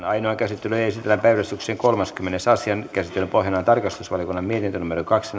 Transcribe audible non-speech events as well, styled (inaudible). (unintelligible) ainoaan käsittelyyn esitellään päiväjärjestyksen kolmaskymmenes asia käsittelyn pohjana on tarkastusvaliokunnan mietintö kaksi (unintelligible)